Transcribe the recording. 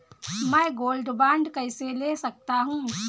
मैं gold bond कैसे ले सकता हूँ?